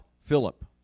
Philip